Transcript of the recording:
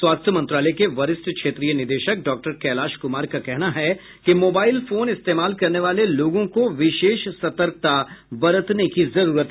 स्वास्थ्य मंत्रालय के वरिष्ठ क्षेत्रीय निदेशक डॉक्टर कैलाश कुमार का कहना है कि मोबाईल फोन इस्तेमाल करने वाले लोगों को विशेष सतर्कता बरतने की जरूरत है